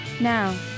Now